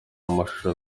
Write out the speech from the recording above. amashusho